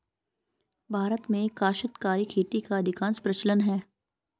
भारत में काश्तकारी खेती का अधिकांशतः प्रचलन है